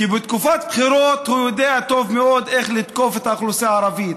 כי בתקופת בחירות הוא יודע טוב מאוד איך לתקוף את האוכלוסייה הערבית,